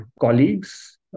colleagues